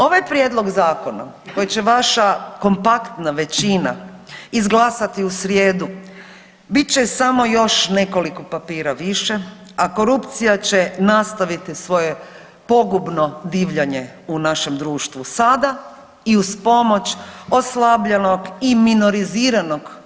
Ovaj Prijedlog zakona koji će vaša kompaktna većina izglasati u srijedu bit će samo još nekoliko papira više, a korupcija će nastaviti svoje pogubno divljanje u našem društvu sada i uz pomoć oslabjelog i minoriziranog.